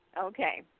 Okay